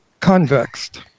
convexed